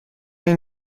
این